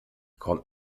kommt